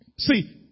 See